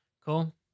Cool